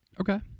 Okay